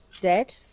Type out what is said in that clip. dead